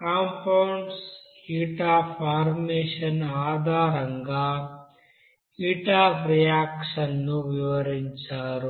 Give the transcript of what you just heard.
compounds heat of formation ఆధారంగా heat of reaction ని వివరించారు